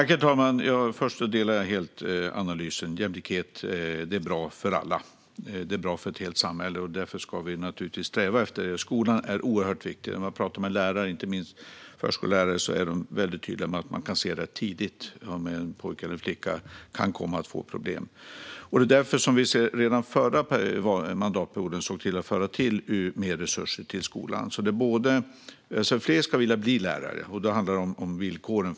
Herr talman! Till att börja med delar jag helt analysen. Jämlikhet är bra för alla och för hela samhället. Därför ska vi naturligtvis sträva efter detta. Skolan är oerhört viktig. När man pratar med lärare, inte minst förskollärare, är de väldigt tydliga med att man kan tidigt kan se om en pojke eller en flicka kan komma att få problem. Det var därför vi redan förra mandatperioden såg till att föra till mer resurser till skolan. Fler ska vilja bli lärare, och då handlar det om villkoren.